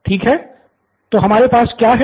ठीक है तो हमारे पास क्या है